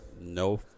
no